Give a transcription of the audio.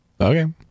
Okay